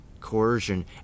coercion